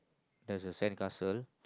there's a sandcastle